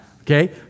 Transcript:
okay